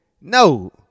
No